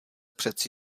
přeci